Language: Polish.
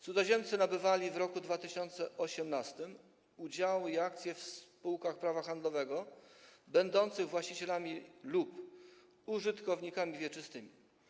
Cudzoziemcy nabywali w roku 2018 udziały i akcje w spółkach prawa handlowego będących właścicielami lub użytkownikami wieczystymi.